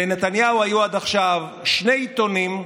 לנתניהו היו עד עכשיו שני עיתונים,